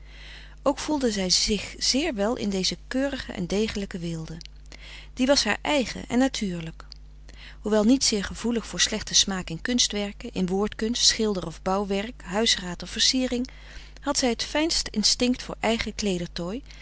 ook voelde zij zich zeer wel in deze keurige en degelijke weelde die was haar eigen en natuurlijk hoewel niet zeer gevoelig voor slechten smaak in kunstwerken in woordkunst schilder of bouw werk huisraad of versiering had zij het fijnst instinct voor eigen kleedertooi